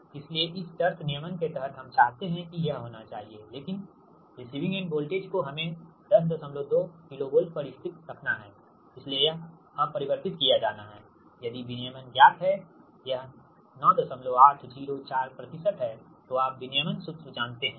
इसलिए इस शर्त नियमन के तहत हम चाहते हैं कि यह होना चाहिए लेकिन रिसीविंग एंड वोल्टेज को हमे 102 KV पर स्थिर रखना है इसलिए यह अपरिवर्तित किया जाना है यदि विनियमन ज्ञात है यह 9804 है तो आप विनियमन सूत्र जानते हैं